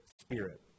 spirit